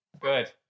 Good